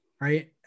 right